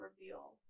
reveal